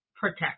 protect